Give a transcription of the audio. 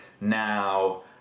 Now